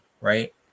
right